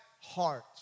heart